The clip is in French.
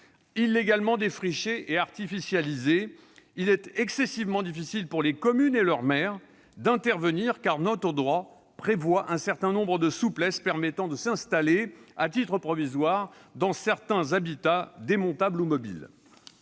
illégalement défrichée et artificialisée, il est excessivement difficile pour les communes et les maires d'intervenir, car notre droit prévoit un certain nombre de souplesses permettant de s'installer à titre provisoire dans certains habitats démontables ou mobiles.